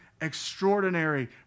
extraordinary